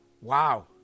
wow